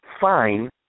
Fine